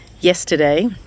yesterday